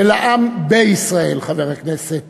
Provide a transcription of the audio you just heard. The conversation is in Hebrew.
ולעם בישראל, חבר הכנסת